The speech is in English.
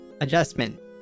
Adjustment